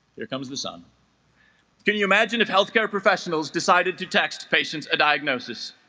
there comes the sun can you imagine if health care professionals decided to text patients a diagnosis